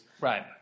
right